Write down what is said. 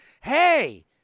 hey